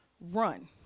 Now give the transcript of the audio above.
run